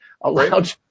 allowed